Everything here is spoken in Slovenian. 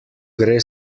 gre